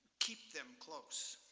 keep them close.